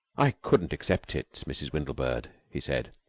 i couldn't accept it, mrs. windlebird, he said.